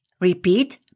Repeat